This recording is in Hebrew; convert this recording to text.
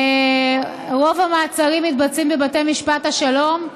רוב המעצרים מתבצעים בבתי משפט השלום.